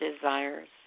desires